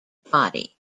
body